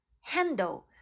Handle